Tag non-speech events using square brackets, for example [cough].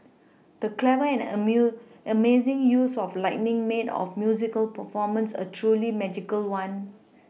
the clever and [unintelligible] amazing use of lighting made of musical performance a truly magical one